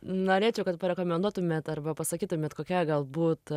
norėčiau kad parekomenduotumėt arba pasakytumėt kokia galbūt